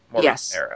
yes